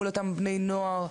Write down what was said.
מול אותם בני נוער,